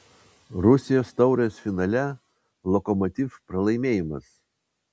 rusijos taurės finale lokomotiv pralaimėjimas